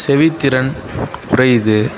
செவித்திறன் குறையுது